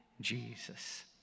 Jesus